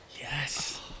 Yes